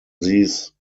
these